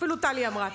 אפילו טלי אמרה.